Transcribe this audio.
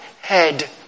head